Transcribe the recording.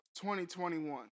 2021